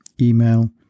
email